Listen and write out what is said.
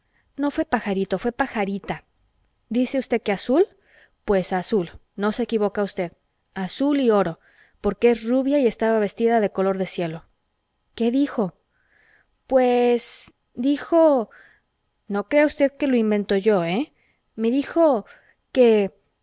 no fué pajarito que fué pajarita dice usted que azul pues azul no se equivoca usted azul y oro porque es rubia y estaba vestida de color de cielo qué dijo pues dijo no crea usted que